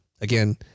Again